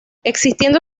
existiendo